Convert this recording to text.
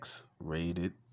X-rated